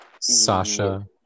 Sasha